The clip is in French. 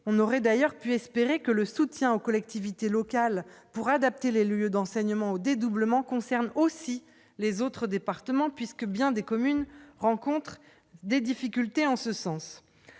on aurait d'ailleurs pu espérer que le soutien aux collectivités locales pour adapter les lieux d'enseignement au dédoublement concerne aussi les autres départements puisque bien des communes rencontrent des difficultés en ce sens,